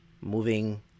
moving